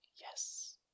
Yes